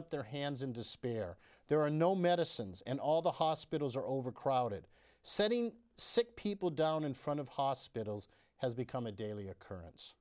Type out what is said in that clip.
up their hands in despair there are no medicines and all the hospitals are overcrowded setting sick people down in front of hospitals has become a daily occurrence